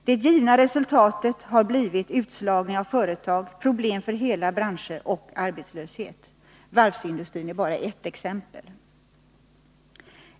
Det givna resultatet har blivit utslagning av företag, problem för hela branscher och arbetslöshet. Varvsindustrin är bara ett exempel.